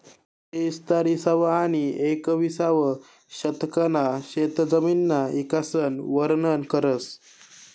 कृषी इस्तार इसावं आनी येकविसावं शतकना शेतजमिनना इकासन वरनन करस